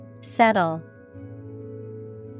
Settle